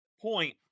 point